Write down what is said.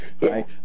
Right